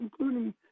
including